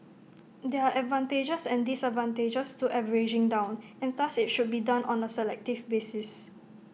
there are advantages and disadvantages to averaging down and thus IT should be done on A selective basis